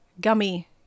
gummy